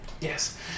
Yes